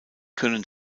können